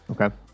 Okay